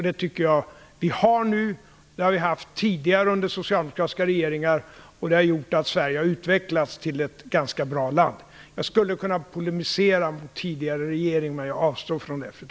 Det tycker jag att vi har nu, och det har vi haft tidigare under socialdemokratiska regeringar. Det har gjort att Sverige har utvecklats till ett ganska bra land. Jag skulle kunna polemisera mot den föregående regeringen, men jag avstår från det.